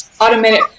automatic